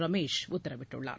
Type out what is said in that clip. ரமேஷ் உத்தரவிட்டுள்ளார்